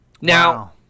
Now